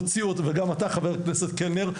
הוציאו אותו וגם אתה חבר הכנסת קלנר,